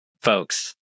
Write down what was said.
folks